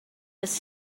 was